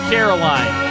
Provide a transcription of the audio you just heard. Caroline